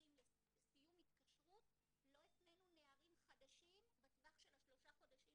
הולכים לסיום התקשרות לא הפנינו נערים חדשים בטווח של שלושה החודשים